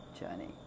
journey